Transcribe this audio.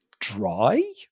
dry